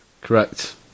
Correct